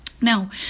Now